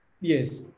Yes